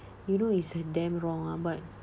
you know is uh damn wrong ah but